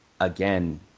again